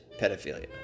pedophilia